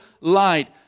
light